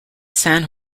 san